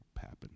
happen